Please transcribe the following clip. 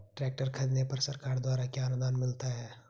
Tractor खरीदने पर सरकार द्वारा क्या अनुदान मिलता है?